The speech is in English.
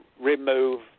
remove